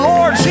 Lord